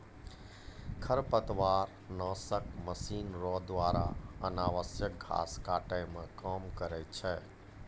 खरपतवार नासक मशीन रो द्वारा अनावश्यक घास काटै मे काम करै छै